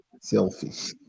selfish